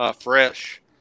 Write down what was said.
fresh